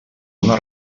una